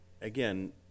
again